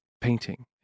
painting